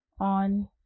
on